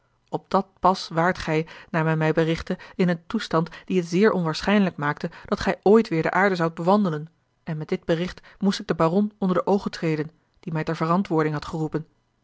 op dat pas waart gij naar men mij berichtte in een toestand die het zeer onwaarschijnlijk maakte dat gij ooit weêr de aarde zoudt bewandelen en met dit bericht moest ik den baron onder de oogen treden die mij ter verantwoording had geroepen